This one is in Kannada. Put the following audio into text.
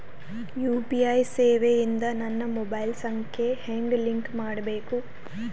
ಯು.ಪಿ.ಐ ಸೇವೆ ಇಂದ ನನ್ನ ಮೊಬೈಲ್ ಸಂಖ್ಯೆ ಹೆಂಗ್ ಲಿಂಕ್ ಮಾಡಬೇಕು?